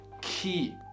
key